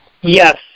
Yes